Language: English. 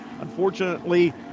Unfortunately